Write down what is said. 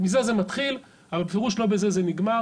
מזה זה מתחיל, אבל בפירוש לא בזה זה נגמר.